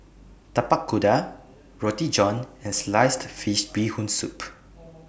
Tapak Kuda Roti John and Sliced Fish Bee Hoon Soup